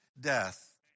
death